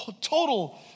total